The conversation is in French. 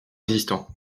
existant